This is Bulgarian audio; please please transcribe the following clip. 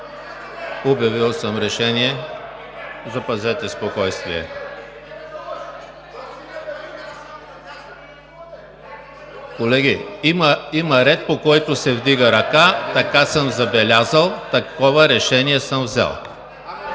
Обявил съм решение, запазете спокойствие. Колеги, има ред, по който се вдига ръка. Така съм забелязал, такова решение съм взел,